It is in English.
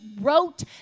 wrote